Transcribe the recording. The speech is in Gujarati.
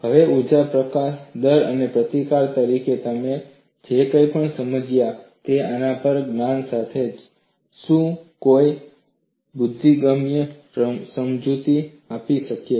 હવે ઊર્જા પ્રકાશન દર અને પ્રતિકાર તરીકે તમે જે કંઈપણ સમજ્યા છે તેના અમારા જ્ઞાન સાથે શું કોઈ બુદ્ધિગમ્ય સમજૂતી આપવી શક્ય છે